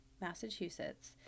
Massachusetts